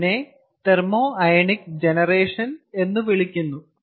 ഇതിനെ thermo ionic generation എന്ന് വിളിക്കുന്നു